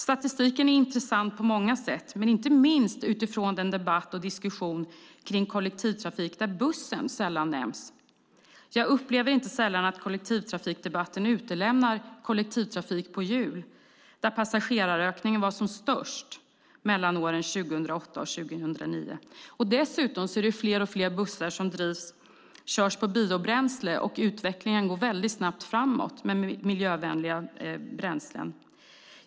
Statistiken är intressant på många sätt, inte minst utifrån debatten och diskussionen kring kollektivtrafik, där bussen sällan nämns. Jag upplever inte sällan att kollektivtrafikdebatten utelämnar kollektivtrafik på hjul, där passagerarökningen var som störst 2008-2009. Dessutom är det fler bussar som körs på biobränsle, och utvecklingen går väldigt snabbt framåt med miljövänliga bränslen.